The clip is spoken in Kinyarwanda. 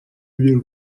by’u